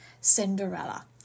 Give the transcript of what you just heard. Cinderella